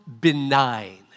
benign